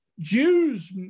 Jews